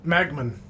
Magman